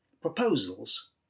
proposals